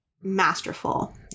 masterful